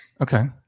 Okay